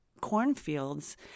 cornfields